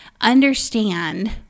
understand